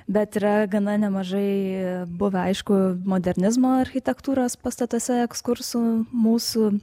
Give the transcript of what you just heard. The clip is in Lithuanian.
bet yra gana nemažai buvę aišku modernizmo architektūros pastatuose ekskursų mūsų